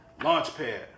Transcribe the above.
Launchpad